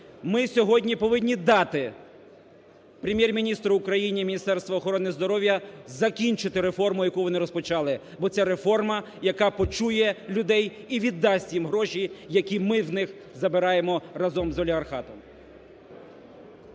Ми сьогодні повинні дати Прем'єр-міністру України, Міністерству охорони здоров'я закінчити реформу, яку вони розпочали, бо це реформа, яка почує людей і віддасть їм гроші, які ми в них забираємо разом з олігархатом.